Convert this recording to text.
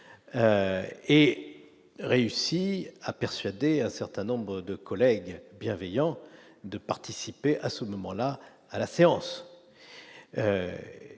et. Réussi à persuader un certain nombre de collègues bienveillant de participer à ce moment-là à la séance,